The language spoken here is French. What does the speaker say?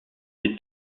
des